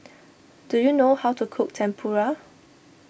do you know how to cook Tempura